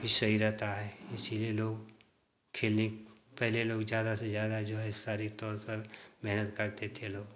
भी सही रहता है इसलिए लोग खेलें पहले लोग ज़्यादा से ज़्यादा जो है शारीरिक तौर पर मेहनत करते थे लोग